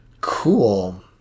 Cool